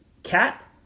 Cat